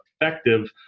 effective